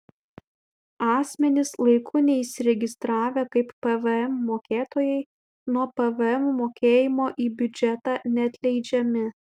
asmenys laiku neįsiregistravę kaip pvm mokėtojai nuo pvm mokėjimo į biudžetą neatleidžiami